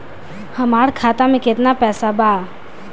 हमार खाता में केतना पैसा बा?